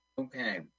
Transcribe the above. okay